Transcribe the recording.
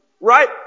right